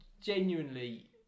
genuinely